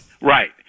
Right